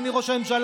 אדוני ראש הממשלה,